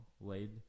laid